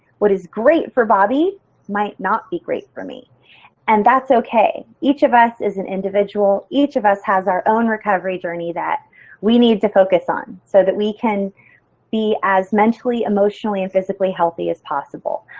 what is great for bobbi might not be great for me and that's okay. each of us, as an individual, each of us has our own recovery journey that we need to focus on so that we can be as mentally, emotionally and physically healthy as possible.